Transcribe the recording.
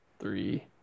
three